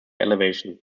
elevation